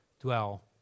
dwell